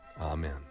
Amen